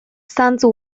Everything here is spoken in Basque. zantzu